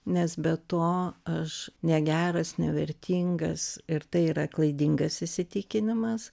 nes be to aš negeras nevertingas ir tai yra klaidingas įsitikinimas